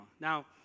Now